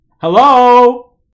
Hello